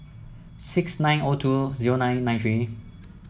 six nine O two zero nine nine three